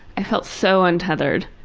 i felt so untethered.